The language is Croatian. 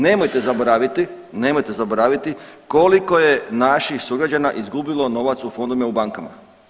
Nemojte zaboraviti, nemojte zaboraviti koliko je naših sugrađana izgubilo novac u fondovima u bankama.